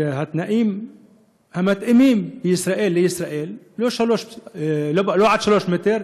שהתנאים המתאימים לישראל הם לא עד 3 מטרים,